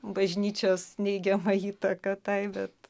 bažnyčios neigiama įtaka tai bet